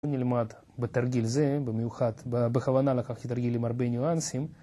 הוא נלמד בתרגיל זה, במיוחד, בכוונה לקחתי תרגילים עם הרבה ניואנסים